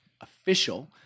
official